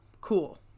cool